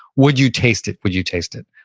would you taste it? would you taste it?